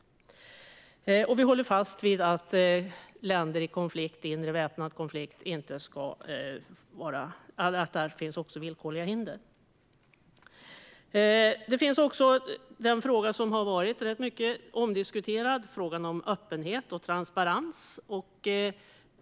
Vi håller fast vid att det finns villkorliga hinder när det gäller länder med en inre väpnad konflikt. En fråga som har varit mycket omdiskuterad är frågan om öppenhet och transparens.